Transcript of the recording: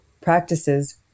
practices